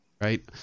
right